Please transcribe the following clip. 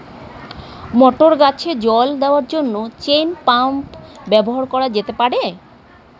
মটর গাছে জল দেওয়ার জন্য চেইন পাম্প ব্যবহার করা যেতে পার?